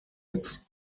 its